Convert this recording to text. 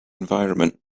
environment